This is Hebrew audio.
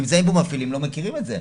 נמצאים פה מפעילים ולא מכירים את זה.